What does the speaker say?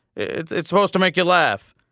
it's it's supposed to make you laugh.